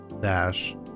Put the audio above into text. dash